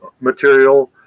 material